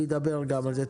אני אדבר גם על זה.